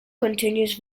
continues